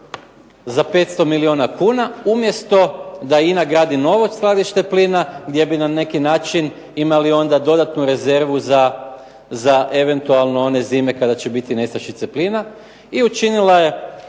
za 500 milijuna kuna, umjesto da INA gradi novo skladište plina gdje bi na neki način imali onda dodatnu rezervu za eventualno one zime kada će biti nestašice plina, i učinila je